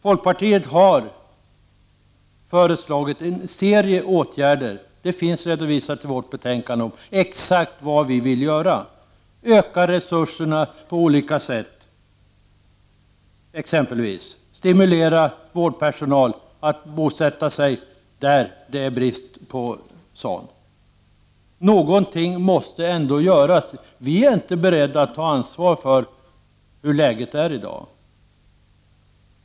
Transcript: Folkpartiet har föreslagit en serie åtgärder, och det finns redovisat i betänkandet exakt vad vi vill göra: Öka resurserna på olika sätt, stimulera vård personal att bosätta sig där det är brist på sådan personal. Någonting måste ändå göras. Vi är inte beredda att ta ansvar för hur läget är i dag.